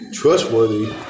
Trustworthy